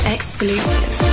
Exclusive